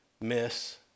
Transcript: miss